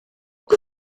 que